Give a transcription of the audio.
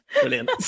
Brilliant